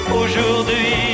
aujourd'hui